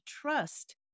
trust